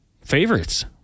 favorites